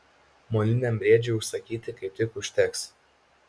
moliniam briedžiui užsakyti kaip tik užteks